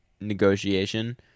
negotiation